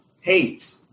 hate